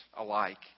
alike